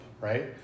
right